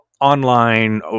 online